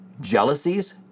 Jealousies